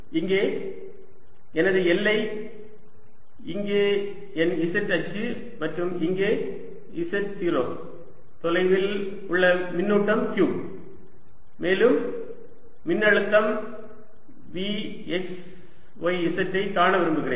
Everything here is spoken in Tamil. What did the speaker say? இங்கே எனது எல்லை இங்கே என் z அச்சு மற்றும் இங்கே z0 தொலைவில் உள்ள மின்னூட்டம் q மேலும் அழுத்தம் V x y z ஐக் காண விரும்புகிறேன்